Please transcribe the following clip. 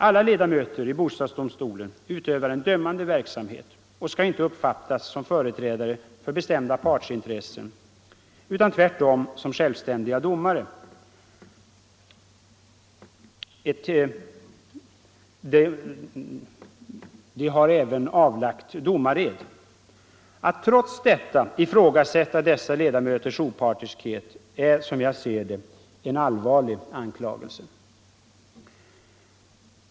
Alla ledamöter i bostadsdomstolen utövar en dömande verksamhet och skall inte uppfattas som företrädare för bestämda partsintressen, utan tvärtom som självständiga domare. De har även avlagt domared. Att trots detta ifrågasätta dessa ledamöters opartiskhet är som jag ser det en allvarlig anklagelse.